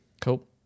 Cool